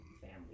family